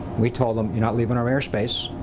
we told them, you're not leaving our airspace,